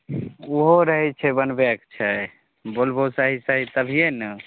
ओहो रहै छै बनबैके छै बोलबहो सही सही तभिए ने